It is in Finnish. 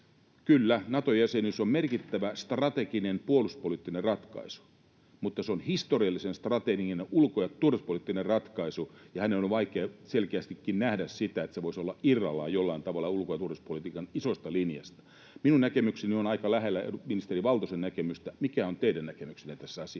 Kyllä, Nato-jäsenyys on merkittävä strateginen puolustuspoliittinen ratkaisu, mutta se on historiallisen strateginen ulko- ja turvallisuuspoliittinen ratkaisu, ja hänen on vaikea selkeästikin nähdä sitä, että se voisi olla irrallaan jollain tavalla ulko- ja turvallisuuspolitiikan isosta linjasta. Minun näkemykseni on aika lähellä ministeri Valtosen näkemystä. Mikä on teidän näkemyksenne tässä asiassa?